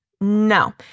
no